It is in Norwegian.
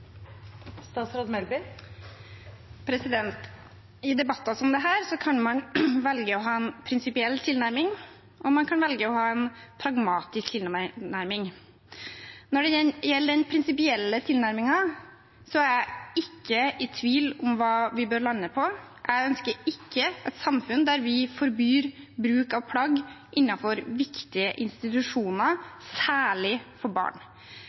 kan man velge å ha en prinsipiell tilnærming, og man kan velge å ha en pragmatisk tilnærming. Når det gjelder den prinsipielle tilnærmingen, er jeg ikke i tvil om hva vi bør lande på. Jeg ønsker ikke et samfunn der vi forbyr bruk av plagg innenfor viktige institusjoner, særlig for barn.